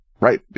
Right